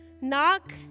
knock